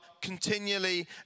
continually